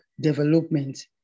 development